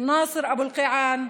נאסר אבו אלקיעאן,